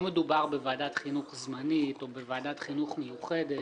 לא מדובר בוועדת חינוך זמנית או בוועדת חינוך מיוחדת.